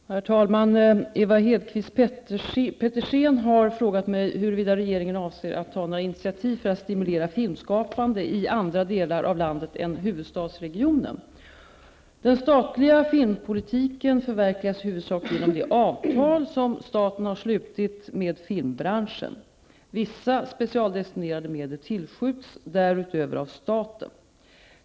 Herr talman! Ewa Hedkvist Petersen har frågat mig huruvida regeringen avser att ta några initiativ för att stimulera filmskapande i andra delar av landet än huvudstadsregionen. Den statliga filmpolitiken förverkligas i huvudsak genom det avtal som staten slutit med filmbranschen. Vissa specialdestinerade medel tillskjuts därutöver av staten.